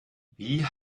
wie